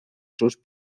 sus